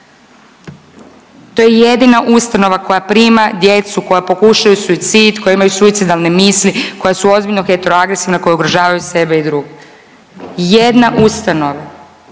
To je jedina ustanova koja prima djecu koja pokušaju suicid, koji imaju suicidalne misli, koja su ozbiljno heteroagresivna, koja ugrožavaju sebe i druge. Jedna ustanova,